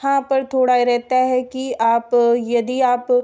हाँ पर थोड़ा यह रहता है कि आप यदि आप